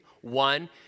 One